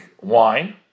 wine